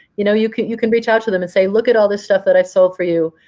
you know you can you can reach out to them and say, look at all this stuff that i've sold for you.